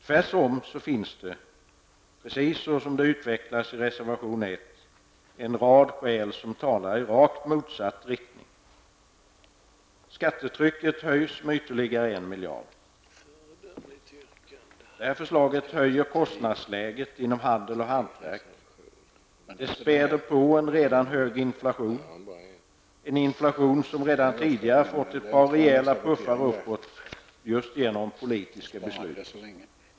Tvärtom finns det, precis som det utvecklats i reservation 1, en rad skäl som talar i rakt motsatt riktning. Skattetrycket höjs med ytterligare 1 miljard. Förslaget höjer kostnadsläget inom handel och hantverk. Men det späder på en redan hög inflation, en inflation som redan tidigare fått ett par rejäla puffar uppåt just genom politiska beslut.